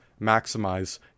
maximize